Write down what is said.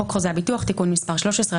חוק חוזה הביטוח (תיקון מס' 13),